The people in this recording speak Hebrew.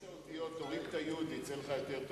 מאחורי גבו של שר האוצר?